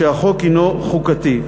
שהחוק הנו חוקתי.